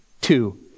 Two